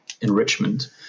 enrichment